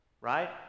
Right